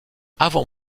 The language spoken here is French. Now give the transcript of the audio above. avant